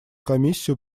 комиссию